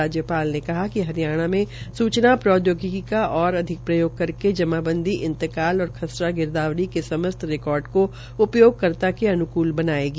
राज्यपाल ने कहा कि हरियाणा मे सूचना प्रौद्योगिकी का ओर अधिक प्रयोग करके जमाबंदी इंतकाल और खसरा गिरदावरी के समम्न रिाकर्ड को उपयोग कर्ता के अन्कूल बनायेगी